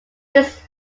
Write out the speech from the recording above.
this